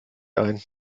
ein